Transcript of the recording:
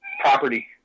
property